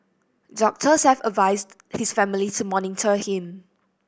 doctors have advised his family to monitor him